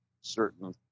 certain